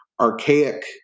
archaic